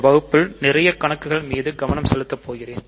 இந்த வகுப்பில் நிறைய கணக்குகள் மீது கவனம் செலுத்த போகிறேன்